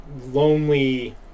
lonely